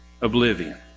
oblivion